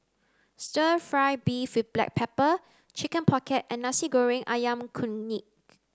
stir fry beef with black pepper chicken pocket and Nasi Goreng Ayam Kunyit